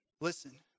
Listen